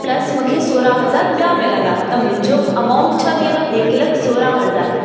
plus मूंखे सोरहं हज़ार ॿिया मिलंदा त मुंहिंजो अमाऊंट छा थी वेंदो हिकु लखु सोरहं हज़ार